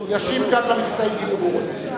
ישיב גם למסתייגים אם הוא רוצה.